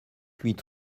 huit